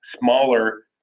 smaller